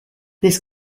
this